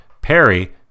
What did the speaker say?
Perry